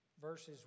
Verses